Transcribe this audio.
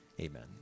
Amen